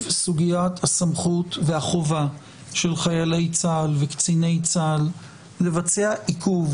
סוגיית הסמכות והחובה של חיילי צה"ל וקציני צה"ל לבצע עיכוב,